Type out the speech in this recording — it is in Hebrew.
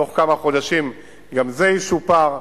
תוך כמה חודשים גם זה ישופר.